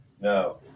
no